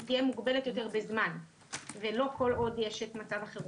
היא תהיה מוגבלת יותר בזמן ולא כל עוד יש את מצב החירום.